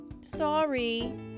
Sorry